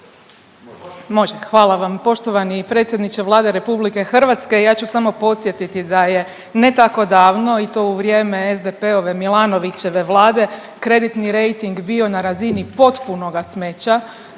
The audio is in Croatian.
Može, hvala vam. Poštovani predsjedniče Vlade RH ja ću samo podsjetiti da je ne tako davno i to u vrijeme SDP-ove Milanovićeve Vlade kreditni rejting bio na razini potpunoga smeća